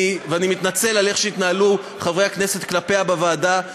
אני מתנצל על איך שהתנהלו חברי הכנסת כלפיה בוועדה,